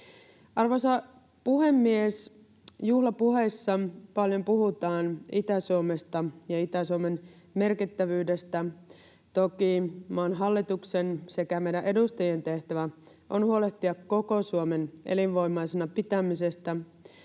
Arvoisa puhemies! Juhlapuheissa paljon puhutaan Itä-Suomesta ja Itä-Suomen merkittävyydestä. Toki maan hallituksen sekä meidän edustajien tehtävä on huolehtia koko Suomen elinvoimaisena pitämisestä,